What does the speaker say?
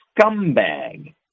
scumbag